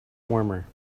warmer